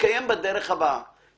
עבד אל חכים חאג' יחיא (הרשימה המשותפת): אין מחלוקת.